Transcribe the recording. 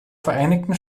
vereinigten